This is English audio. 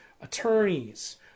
attorneys